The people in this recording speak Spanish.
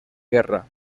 guerra